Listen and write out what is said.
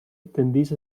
tendeix